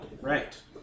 Right